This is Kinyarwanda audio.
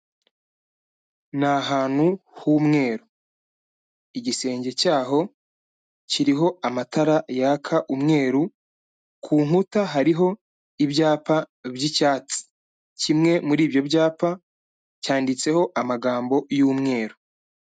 Ni ahantu h'umweru, igisenge cy'aho kiriho amatara yaka umweru, ku nkuta hariho ibyapa by’icyatsi kimwe muri ibyo byapa cyanditseho amagambo y’umweru.